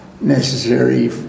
necessary